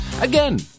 Again